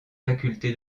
faculté